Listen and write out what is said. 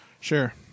sure